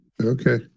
okay